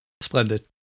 Splendid